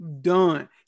done